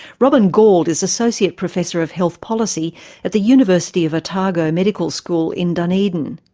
robin gauld is associate professor of health policy at the university of otago medical school in dunedin.